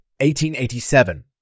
1887